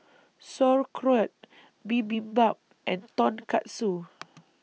Sauerkraut Bibimbap and Tonkatsu